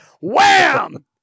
Wham